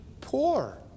poor